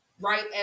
right